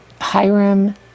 Hiram